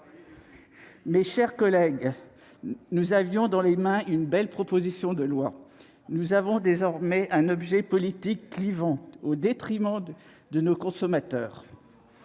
Mes chers collègues, nous avions dans les mains une belle proposition de loi, nous avons désormais un objet politique clivant, au détriment des consommateurs.